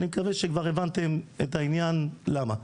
אני מקווה שכבר הבנתם את העניין, למה.